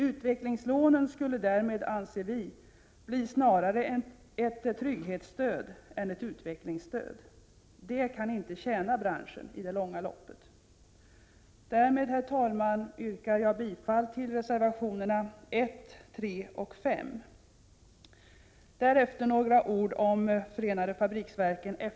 Utvecklingslånen skulle därmed anser vi snarare bli ett trygghetsstöd än ett utvecklingsstöd. Det kan inte tjäna branschen i det långa loppet. Därmed, herr talman, yrkar jag bifall till reservationerna nr 1, 3 och 5. Därefter några ord om affärsverket FFV, tidigare förenade fabriksverken.